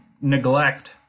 neglect